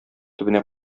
төбенә